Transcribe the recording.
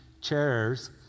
chairs